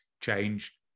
change